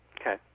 Okay